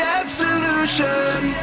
absolution